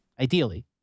ideally